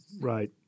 Right